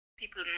people